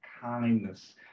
kindness